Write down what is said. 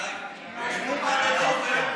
חברי הכנסת מאיר פרוש,